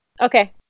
Okay